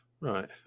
Right